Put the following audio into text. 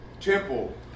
temple